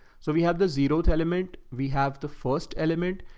so we have the zero element. we have the first element,